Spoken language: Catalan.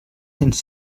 cents